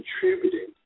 contributing